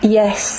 yes